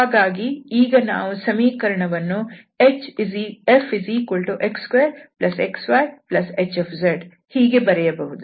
ಹಾಗಾಗಿ ಈಗ ನಾವು ಸಮೀಕರಣವನ್ನು fx2xyhಹೀಗೆ ಬರೆಯಬಹುದು